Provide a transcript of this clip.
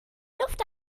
luft